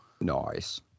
Nice